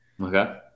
Okay